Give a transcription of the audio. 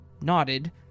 nodded